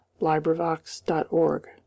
librivox.org